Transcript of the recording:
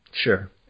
Sure